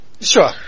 Sure